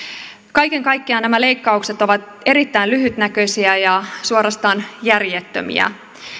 kaiken kaikkiaan nämä leikkaukset ovat erittäin lyhytnäköisiä ja suorastaan järjettömiä